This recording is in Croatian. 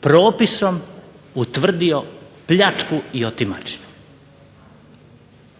propisom utvrdio pljačku i otimačinu.